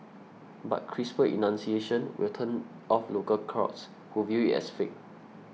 but crisper enunciation will turn off local crowds who view it as fake